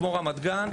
כמו רמת גן,